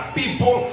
people